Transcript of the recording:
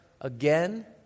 again